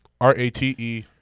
R-A-T-E